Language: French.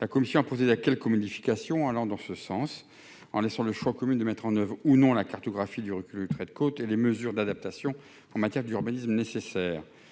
La commission a procédé à quelques modifications allant dans ce sens en laissant le choix aux communes de mettre en oeuvre ou non la cartographie du recul du trait de côte et les mesures d'adaptation nécessaires en matière d'urbanisme. Notre